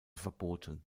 verboten